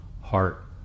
heart